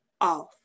off